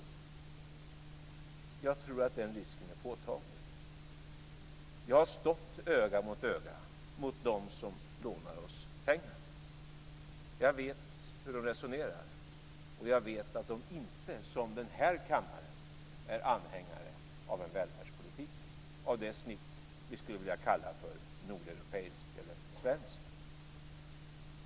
Jag tror att den risken är påtaglig. Jag har stått öga mot öga med dem som lånar oss pengar. Jag vet hur de resonerar. Jag vet att de inte, som den här kammaren, är anhängare av en välfärdspolitik av det snitt vi skulle vilja kalla för nordeuropeisk eller svensk.